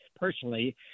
personally